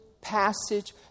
passage